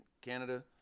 Canada